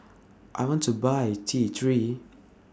I want to Buy T three